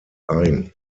ein